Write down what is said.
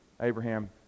Abraham